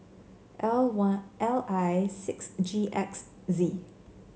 L one L I six G X Z